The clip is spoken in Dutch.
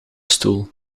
stoel